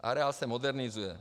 Areál se modernizuje.